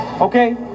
okay